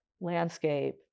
landscape